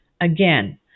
Again